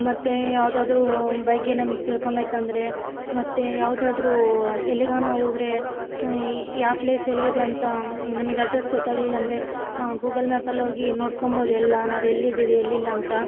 ಮತ್ತು ಯಾವುದಾದ್ರೂ ಬಗ್ಗೆ ನಮಗ್ ತಿಳ್ಕಬೇಕಂದರೆ ಮತ್ತು ಯಾವುದಾದ್ರೂ ಎಲ್ಲಿಗಾನ ಹೋದ್ರೆ ಯಾವ್ ಪ್ಲೇಸ್ ಎಲ್ಲಿದೆ ಅಂತ ನಮಗ್ ಅಡ್ರೆಸ್ಸ್ ಗೊತಾಗಲಿಲ್ಲಾಂದ್ರೆ ಗೂಗಲ್ ಮ್ಯಾಪ್ ಅಲ್ಲಿ ಹೋಗಿ ನೋಡ್ಕಬೌದು ಎಲ್ಲಾನ ನಾವು ಎಲ್ಲಿದೀವಿ ಎಲ್ಲಿಲ್ಲಾಂತ